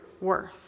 worth